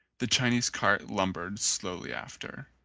the chi nese cart lumbered slowly after.